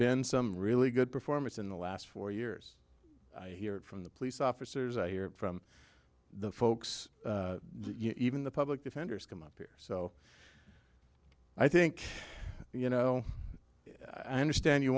been some really good performance in the last four years i hear from the police officers i hear from the folks you even the public defenders come up here so i think you know i understand you